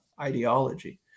ideology